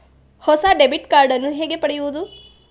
ಹೊಸ debit card ನ್ನು ಹೇಗೆ ಪಡೆಯುದು?